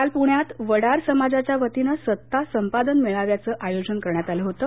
काल प्ण्यात वडार समाजाच्या वतीनं सत्ता संपादन मेळाव्याचं आयोजन करण्यात आलं होतं